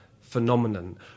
phenomenon